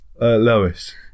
Lois